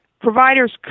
providers